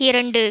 இரண்டு